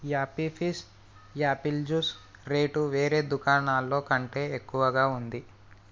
యాపీ Fizz apple juice rate వేరే దుకాణాల్లో కంటే ఎక్కువగా ఉంది